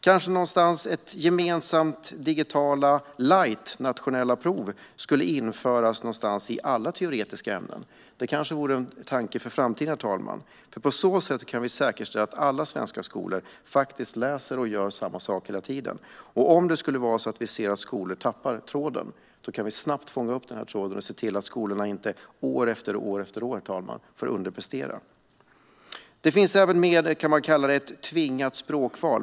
Man skulle kanske kunna införa en gemensam digital lightversion av de nationella proven i alla teoretiska ämnen. Det vore kanske en tanke för framtiden, herr talman. På detta sätt kan vi säkerställa att man i alla svenska skolor alltid läser och gör samma sak. Om vi ser att skolor tappar tråden kan vi snabbt fånga upp dem och se till att skolorna inte underpresterar år efter år. Det finns även förslag om ett tvingat språkval.